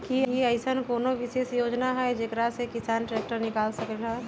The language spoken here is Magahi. कि अईसन कोनो विशेष योजना हई जेकरा से किसान ट्रैक्टर निकाल सकलई ह?